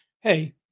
hey